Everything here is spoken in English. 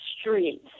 streets